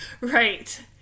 Right